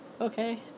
Okay